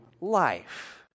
life